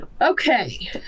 Okay